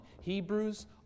hebrews